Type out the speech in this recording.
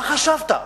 מה חשבת?